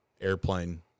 airplane